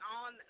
on